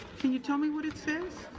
can you tell me what it says?